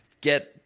get